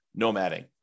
nomading